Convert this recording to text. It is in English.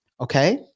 Okay